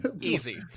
Easy